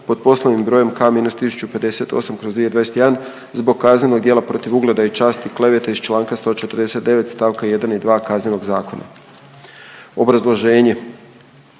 pod poslovnim brojem K-1058/2021 zbog kaznenog djela protiv ugleda i časti, klevete iz čl. 149. st. 1. i 2. Kaznenog zakona. Glasujmo.